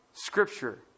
Scripture